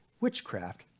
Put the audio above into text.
witchcraft